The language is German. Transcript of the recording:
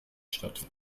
statt